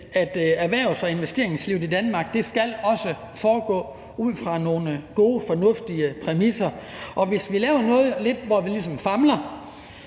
at erhvervs- og investeringslivet i Danmark også skal foregå ud fra nogle gode fornuftige præmisser. Og hvis vi laver noget, hvor vi ligesom